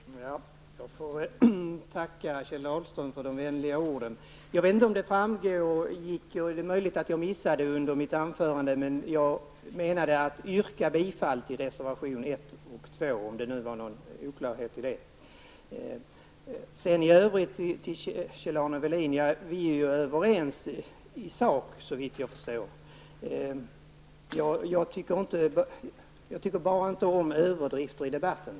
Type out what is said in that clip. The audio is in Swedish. Herr talman! Jag får tacka Kjell Dahlström för de vänliga orden. Jag vet inte om det framgick av mitt anförande men jag avsåg att yrka bifall till reservation nr 1 och 2. Till Kjell-Arne Welin vill jag säga att vi är överens i sak såvitt jag förstår. Det är bara så att jag inte tycker om överdrifter i debatten.